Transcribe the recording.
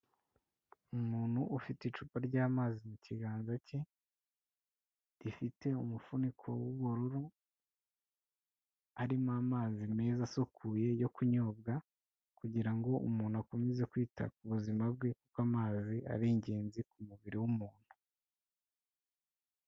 Umuntu ufite icupa ry'amazi mu kiganza cye, rifite umufuniko w'ubururu, harimo amazi meza asukuye yo kunyobwa, kugira ngo umuntu akomeze kwita ku buzima bwe kuko amazi ari ingenzi ku mubiri w'umuntu.